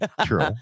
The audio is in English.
True